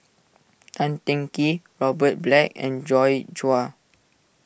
Tan Teng Kee Robert Black and Joi Chua